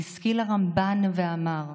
והשכיל הרמב"ן ואמר: